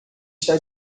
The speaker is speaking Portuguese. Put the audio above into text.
está